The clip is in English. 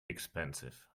expensive